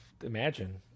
imagine